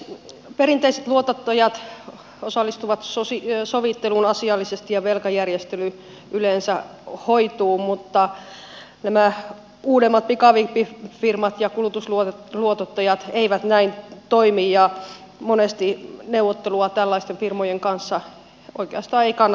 perinteiset luotottajat osallistuvat sovitteluun asiallisesti ja velkajärjestely yleensä hoituu mutta uudemmat pikavippifirmat ja kulutusluotottajat eivät näin toimi ja monesti neuvottelua tällaisten firmojen kanssa oikeastaan ei kannata tehdä